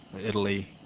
Italy